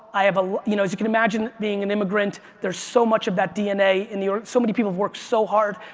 i have, ah you know as you can imagine being an immigrant, there's so much of that dna in the, so many people have worked so hard.